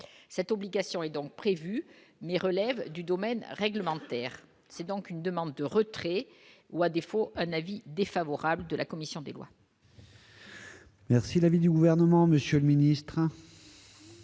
cette obligation est donc prévu mais relèvent du domaine réglementaire, c'est donc une demande de retrait ou à défaut un avis défavorable de la commission des lois. Merci la vidéo gouvernement Monsieur le ministre.